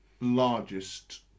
largest